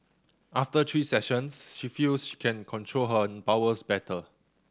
after three sessions she feels she can control her bowels better